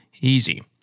Easy